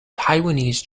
taiwanese